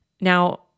Now